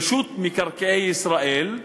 רשות מקרקעי ישראל,